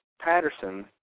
Patterson